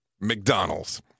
McDonald's